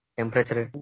Temperature